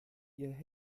ihr